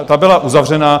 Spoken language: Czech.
Ta byla uzavřena.